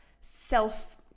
self